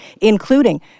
including